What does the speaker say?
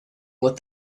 what